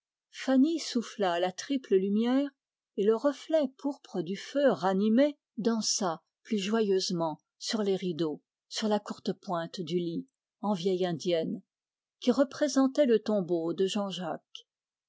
fanny souffla la triple lumière et le reflet du feu ranimé dansa plus joyeusement sur la courtepointe du lit en vieille indienne qui représentait le tombeau de